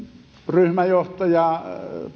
ryhmäjohtaja